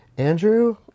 Andrew